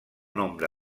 nombre